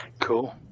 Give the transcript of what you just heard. Cool